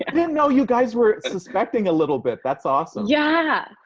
and didn't know you guys were suspecting a little bit. that's awesome. yeah.